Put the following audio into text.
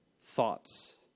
thoughts